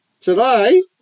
today